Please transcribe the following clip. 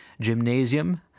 gymnasium